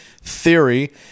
Theory